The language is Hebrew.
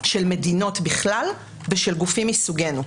של מדינות בכלל ושל גופים מסוגנו,